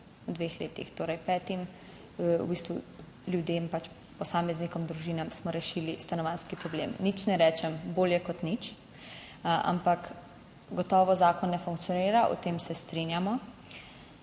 v dveh letih, torej petim, v bistvu ljudem, pač posameznikom, družinam smo rešili stanovanjski problem. Nič ne rečem, bolje kot nič, ampak gotovo zakon ne funkcionira, o tem se strinjamo.